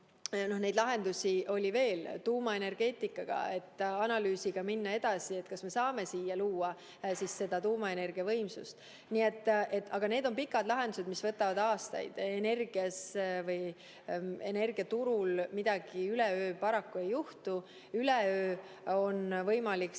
Ja neid lahendusi oli veel. Tuumaenergeetika analüüsiga [tuleb] minna edasi, et kas me saame siia luua tuumaenergia võimsust. Aga need on pikad lahendused, mis võtavad aastaid. Energias, energiaturul midagi üleöö paraku ei juhtu. Üleöö on võimalik